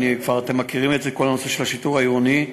את כל הנושא של השיטור העירוני,